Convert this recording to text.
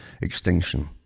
extinction